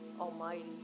almighty